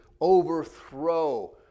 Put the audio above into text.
overthrow